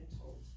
told